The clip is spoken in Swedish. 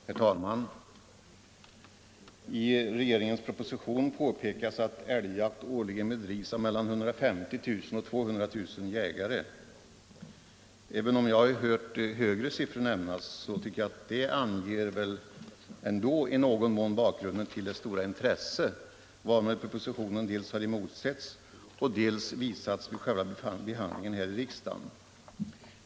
Herr talman! I regeringens proposition påpekas att älgjakt årligen bedrivs av mellan 150 000 och 200 000 jägare. Även om jag har hört högre siffror nämnas, tycker jag att detta i någon mån anger bakgrunden till det stora intresse varmed propositionen dels har emotsetts, dels visats vid själva behandlingen här i riksdagen.